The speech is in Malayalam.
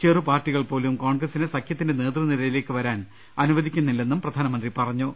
ചെറുപാർട്ടികൾപോലും കോൺഗ്രസിനെ സഖ്യത്തിന്റെ നേതൃനിരയിലേക്ക് വരാൻ അനുവദിക്കില്ലെന്നും പ്രധാനമന്ത്രി പറഞ്ഞു